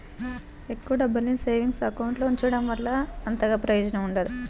ఎక్కువ డబ్బుల్ని savings account లో ఉంచడం వల్ల అంతగా ప్రయోజనం ఉండదు